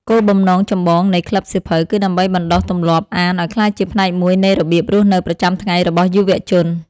គោលបំណងចម្បងនៃក្លឹបសៀវភៅគឺដើម្បីបណ្តុះទម្លាប់អានឱ្យក្លាយជាផ្នែកមួយនៃរបៀបរស់នៅប្រចាំថ្ងៃរបស់យុវជន។